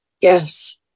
yes